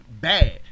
bad